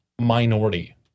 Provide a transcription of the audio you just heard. minority